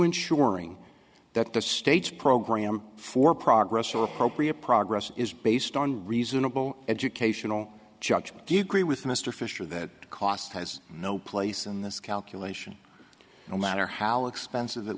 ensuring that the state's program for progress are appropriate progress is based on reasonable educational judgment do you agree with mr fisher that cost has no place in this calculation no matter how expensive it